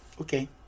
okay